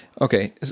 Okay